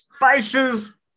spices